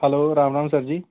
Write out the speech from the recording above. hello Ram Ram sir ਜੀ